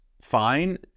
fine